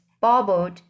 bubbled